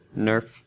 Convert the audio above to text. nerf